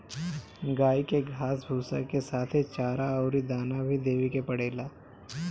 गाई के घास भूसा के साथे चारा अउरी दाना भी देवे के पड़ेला